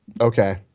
Okay